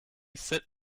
sit